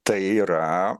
tai yra